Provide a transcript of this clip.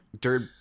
dirt